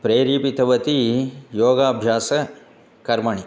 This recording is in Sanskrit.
प्रेरीतवती योगाभ्यासकर्मणि